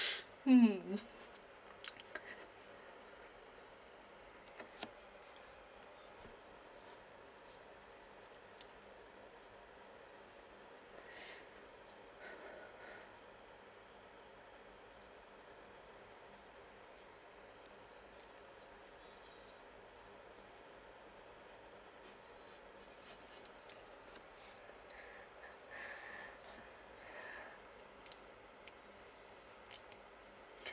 mm